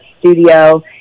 studio